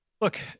Look